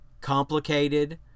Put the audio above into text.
complicated